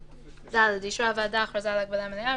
(ד) אישרה הוועדה הכרזה על הגבלה מלאה,